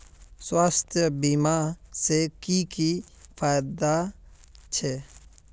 स्वास्थ्य बीमा से की की फायदा छे?